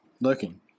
Looking